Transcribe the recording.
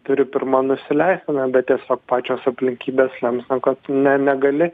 turi pirma nusileisti na bet tiesiog pačios aplinkybės lems kad ne negali